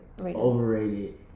Overrated